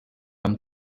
from